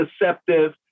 deceptive